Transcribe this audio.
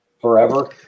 forever